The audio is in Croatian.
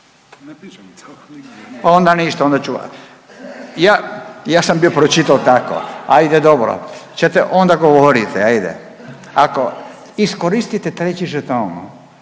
Onda ništa, onda ću. Ja, ja sam bio pročitao tako, ajde dobro, ćete onda govorite, ajde. Ako iskoristite treći žeton.